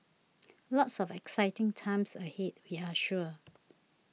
lots of exciting times ahead we're sure